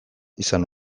izan